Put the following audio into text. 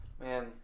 man